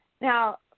Now